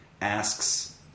asks